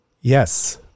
Yes